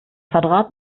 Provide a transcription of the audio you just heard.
quadrat